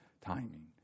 timing